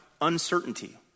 uncertainty